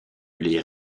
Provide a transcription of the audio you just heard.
les